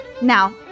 Now